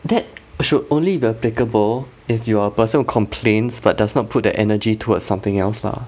that should only be applicable if you are a person who complains but does not put the energy towards something else lah